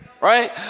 Right